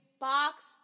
box